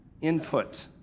input